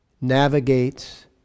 navigates